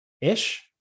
ish